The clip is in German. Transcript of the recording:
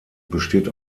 besteht